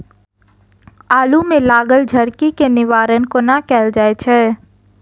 आलु मे लागल झरकी केँ निवारण कोना कैल जाय छै?